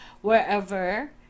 wherever